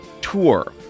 tour